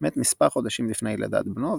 מת מספר חודשים לפני לידת בנו,